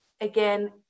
again